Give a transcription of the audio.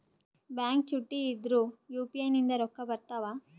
Bank ಚುಟ್ಟಿ ಇದ್ರೂ UPI ನಿಂದ ರೊಕ್ಕ ಬರ್ತಾವಾ?